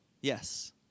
Yes